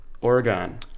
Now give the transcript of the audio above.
Oregon